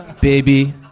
baby